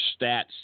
stats